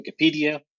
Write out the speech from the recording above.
Wikipedia